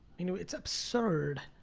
you know it's absurd